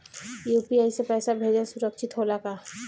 UPI से पैसा भेजल सुरक्षित होला का?